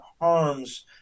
harms